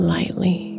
Lightly